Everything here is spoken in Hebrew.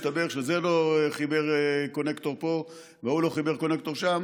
מסתבר שזה לא חיבר connector פה והוא לא חיבר connector שם,